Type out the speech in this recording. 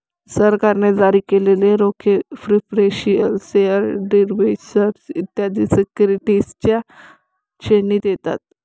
सरकारने जारी केलेले रोखे प्रिफरेंशियल शेअर डिबेंचर्स इत्यादी सिक्युरिटीजच्या श्रेणीत येतात